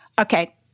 Okay